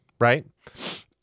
right